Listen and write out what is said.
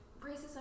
racism